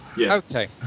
Okay